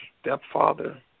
stepfather